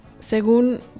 Según